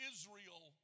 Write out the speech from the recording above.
Israel